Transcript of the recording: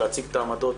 להציג את העמדות